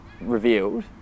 revealed